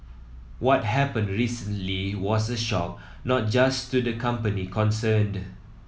what happened recently was a shock not just to the company concerned